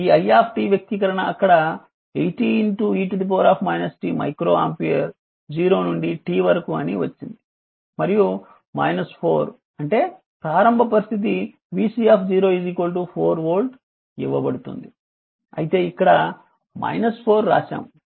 ఈ i వ్యక్తీకరణ అక్కడ 80 e t మైక్రో ఆంపియర్ 0 నుండి t వరకు అని వచ్చింది మరియు 4 అంటే ప్రారంభ పరిస్థితి vC 4 వోల్ట్ ఇవ్వబడుతుంది అయితే ఇక్కడ 4 వ్రాసాము